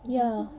ya